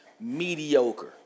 Mediocre